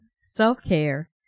self-care